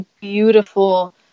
beautiful